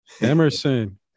Emerson